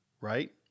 right